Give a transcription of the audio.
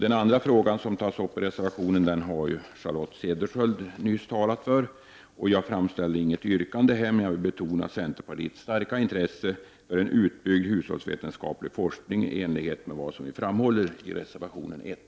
Den andra frågan som tas upp i reservationen har Charlotte Cederschiöld nyss talat för. Jag framställer inget yrkande, men jag vill betona centerpartiets starka intresse för en utbyggd hushållsvetenskaplig forskning i enlighet med vad som framhållits i reservation nr 1.